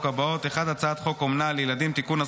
הבאות: 1. הצעת חוק אומנה לילדים (תיקון,